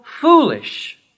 foolish